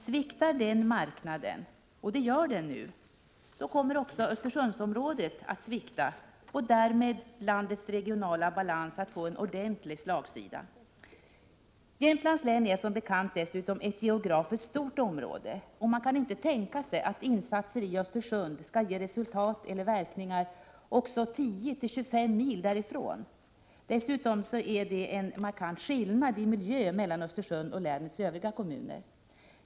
Sviktar den marknaden, och det gör den nu, kommer också Östersundsområdet att svikta och därmed landets regionala balans att få en ordentlig slagsida. Jämtlands län är som bekant dessutom ett geografiskt stort område, och man kan inte tänka sig att insatser i Östersund skall ge resultat eller verkningar också 10-25 mil därifrån. Därtill är det en markant skillnad i miljö mellan Östersund och länets övriga kommuner.